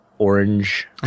orange